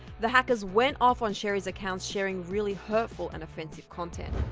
the hackers went off on sheri's accounts sharing really hurtful and offensive content.